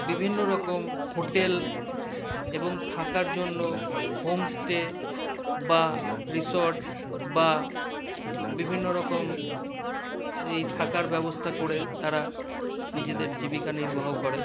বিভিন্ন রকম হোটেল এবং থাকার জন্য হোমস্টে বা রিসর্ট বা বিভিন্ন রকম এই থাকার ব্যাবস্থা করে তারা নিজেদের জীবিকা নির্বাহ করে